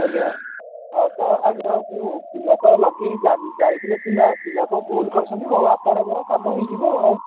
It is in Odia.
ଆଜ୍ଞା ଆଉ ତ ପିଲା ତ ଲଗାଇ ଯାଇ ଯାଇଥିଲେ ପିଲା ପିଲା କ'ଣ ଭୁଲ କରିଛନ୍ତି ହଉ ଆପଣଙ୍କର କାମ ହେଇଯିବ ଆଉ